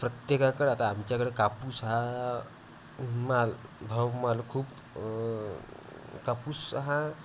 प्रत्येकाकडं आता आमच्याकडं कापूस हा माल भावमाल खूप कापूस हा